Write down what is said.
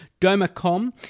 DomaCom